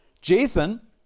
Jason